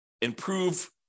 improve